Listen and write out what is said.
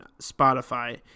Spotify